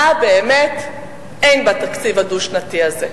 במה שבאמת אין בתקציב הדו-שנתי הזה.